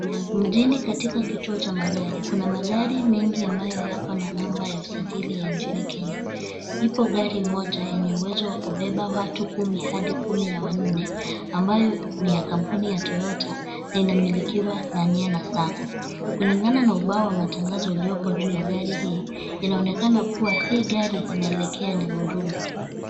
Mjini katika kituo cha magari ,kuna magari mengi ambayo yako na number ya usajili ya nchini Kenya. Lipo gari moja lenye uwezo wa kubeba watu kumi hadi kumi na wanne ambayo ni ya kampuni ya Toyota na inamilikiwa na Nyena sacco kuligana na ubao wa matagazo ulioko juu ya gari hii inaonekena kuwa hii gari inaelekea Nyahururu.